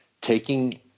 taking